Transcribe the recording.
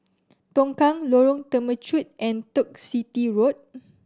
Tongkang Lorong Temechut and Turf City Road